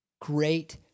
great